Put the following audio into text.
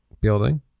building